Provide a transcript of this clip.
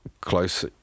close